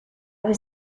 was